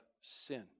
sin